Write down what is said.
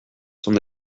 sont